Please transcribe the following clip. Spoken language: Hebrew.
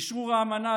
אשרור האמנה,